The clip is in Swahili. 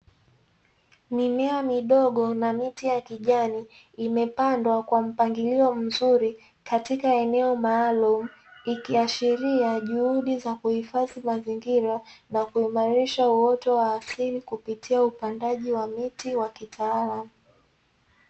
Mimea midogo na miti ya kijani imepandwa kwa mpangilio mzuri katika eneo maalumu ikiashiria juhudi za kuhifadhi mazingira na kuimarisha uoto wa asili kupitia upandaji wa miti wa kitaalamu.